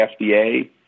FDA